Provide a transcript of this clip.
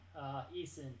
Eason